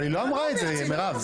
אבל היא לא אמרה את זה, מירב.